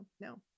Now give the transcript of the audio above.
no